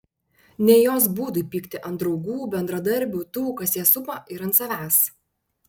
ne jos būdui pykti ant draugų bendradarbių tų kas ją supa ir ant savęs